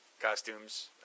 costumes